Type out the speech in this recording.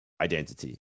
identity